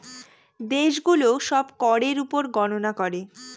দেশে গুলো সব করের উপর গননা করে